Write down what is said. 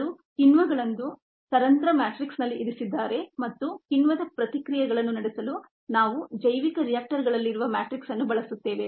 ಅವರು ಕಿಣ್ವಗಳನ್ನು ಸರಂಧ್ರ ಮ್ಯಾಟ್ರಿಕ್ಸ್ನಲ್ಲಿ ಇರಿಸಿದ್ದಾರೆ ಮತ್ತು ಕಿಣ್ವದ ಪ್ರತಿಕ್ರಿಯೆಗಳನ್ನು ನಡೆಸಲು ನಾವು ಜೈವಿಕ ರಿಯಾಕ್ಟರ್ಗಳಲ್ಲಿರುವ ಮ್ಯಾಟ್ರಿಕ್ಸ್ ಅನ್ನು ಬಳಸುತ್ತೇವೆ